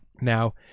now